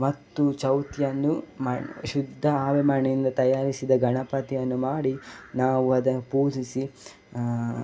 ಮತ್ತು ಚೌತಿಯನ್ನು ಮ ಶುದ್ಧ ಆವೆ ಮಣ್ಣಿನಿಂದ ತಯಾರಿಸಿದ ಗಣಪತಿಯನ್ನು ಮಾಡಿ ನಾವು ಅದನ್ನು ಪೂಜಿಸಿ